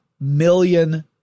million